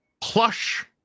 Plush